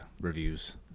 reviews